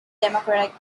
democratic